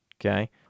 Okay